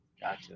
Gotcha